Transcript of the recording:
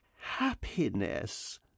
happiness